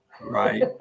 Right